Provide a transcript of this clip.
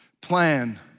plan